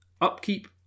Upkeep